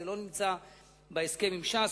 זה לא נמצא בהסכם עם ש"ס,